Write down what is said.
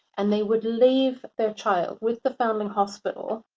and they would leave their child with the foundling hospital.